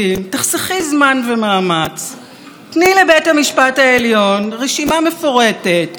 תני לבית המשפט העליון רשימה מפורטת במה מותר להם לדון ומה לא